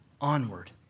onward